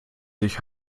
sich